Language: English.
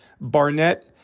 Barnett